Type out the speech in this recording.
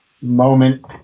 moment